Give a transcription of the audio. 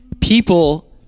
people